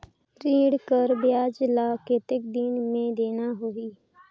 ऋण कर ब्याज ला कतेक दिन मे देना होही?